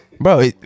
Bro